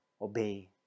Obey